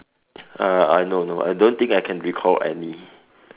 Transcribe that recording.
uh uh no no no I don't think I can recall any